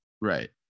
right